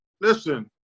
Listen